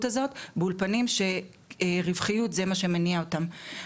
הזאת באולפנים שרווחיות זה מה שמניע אותם.